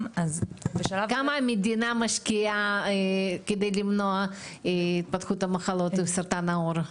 כמה המדינה משקיעה כדי למנוע את התפתחות המחלות של סרטן העור?